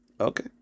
Okay